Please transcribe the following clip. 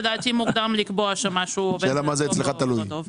לדעתי מוקדם לקבוע שמשהו עובד טוב או לא טוב.